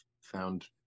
found